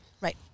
Right